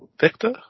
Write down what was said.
Victor